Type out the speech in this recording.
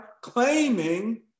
claiming